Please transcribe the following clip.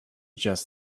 just